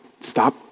Stop